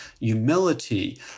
humility